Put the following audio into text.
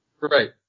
Right